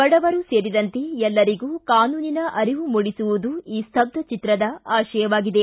ಬಡವರೂ ಸೇರಿದಂತೆ ಎಲ್ಲರಿಗೂ ಕಾನೂನಿನ ಅರಿವು ಮೂಡಿಸುವುದು ಈ ಸ್ತಬ್ಬಚಿತ್ರದ ಆಶಯವಾಗಿದೆ